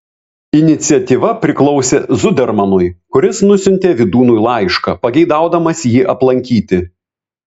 iniciatyva priklausė zudermanui kuris nusiuntė vydūnui laišką pageidaudamas jį aplankyti